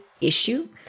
issue